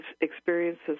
experiences